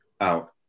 out